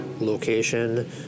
location